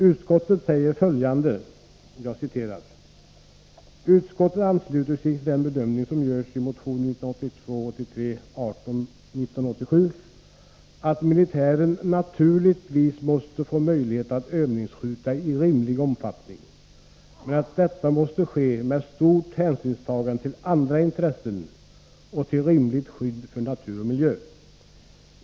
Utskottet säger följande: ”Utskottet ansluter sig till den bedömning som görs i motion 1982/83:1987, att militären naturligtvis måste få möjlighet att övningsskjuta i rimlig omfattning men att detta måste ske med stort hänsynstagande till andra intressen och till ett rimligt skydd för natur och miljö.